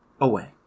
away